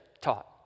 taught